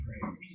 prayers